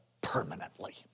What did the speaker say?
permanently